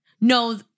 No